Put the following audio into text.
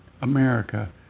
America